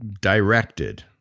directed